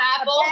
apple